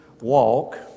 walk